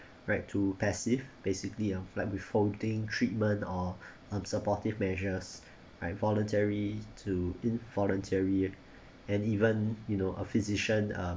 right to passive basically a like withholding treatment or um supportive measures right voluntary to in voluntary and even you know a physician um